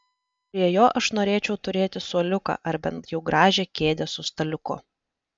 prie jo aš norėčiau turėti suoliuką ar bent jau gražią kėdę su staliuku